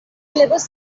لباس